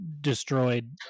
destroyed